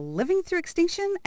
livingthroughextinction